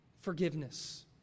forgiveness